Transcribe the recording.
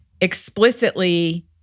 explicitly